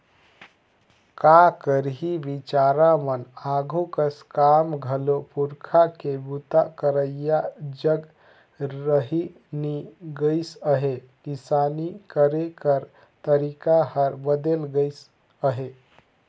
का करही बिचारा मन आघु कस काम घलो पूरखा के बूता करइया जग रहि नी गइस अहे, किसानी करे कर तरीके हर बदेल गइस अहे